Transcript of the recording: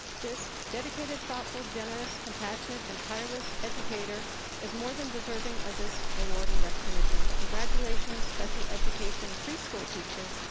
this dedicated, thoughtful, generous, compassionate, and tireless educator is more than deserving of this award and recognition. congratulations, special education preschool teacher,